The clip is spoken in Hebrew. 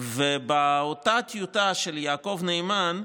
באותה טיוטה של יעקב נאמן,